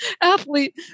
athlete